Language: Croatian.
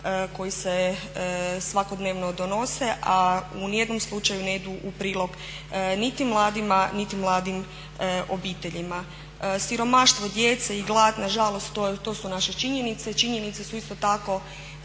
koji se svakodnevno donose, a u nijednom slučaju ne idu u prilog niti mladima niti mladim obiteljima. Siromaštvo djece i glad, na žalost to su naše činjenice. I činjenice su isto tako